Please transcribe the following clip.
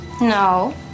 No